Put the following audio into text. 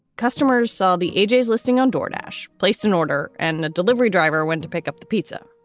customers saw the age's listing on door. dash placed an order and a delivery driver went to pick up the pizza.